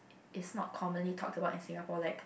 is not commonly talked about in Singapore like